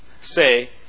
say